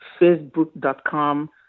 facebook.com